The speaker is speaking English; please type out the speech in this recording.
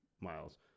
miles